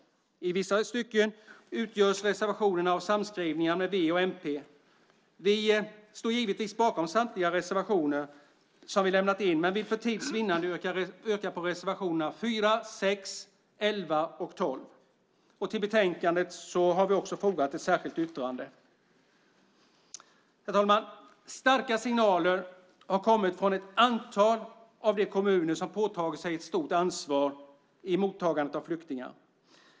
I vissa stycken utgörs reservationerna av samskrivningar med v och mp. Vi står givetvis bakom samtliga reservationer som vi har lämnat in, men vill för tids vinnande yrka på reservationerna 4, 6, 11 och 12. Till betänkandet har vi också fogat ett särskilt yttrande. Herr talman! Starka signaler har kommit från ett antal av de kommuner som påtagit sig ett stort ansvar i mottagandet av flyktingar.